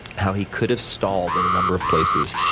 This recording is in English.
how he could've stalled in a number of places,